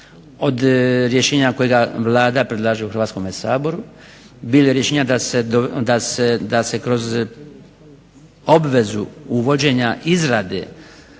od rješenja koje Vlada predlaže u Hrvatskome saboru, bilo je rješenja da se kroz obvezu uvođenja izrade